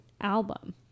album